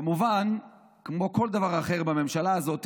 כמובן, כמו כל דבר אחר בממשלה הזאת,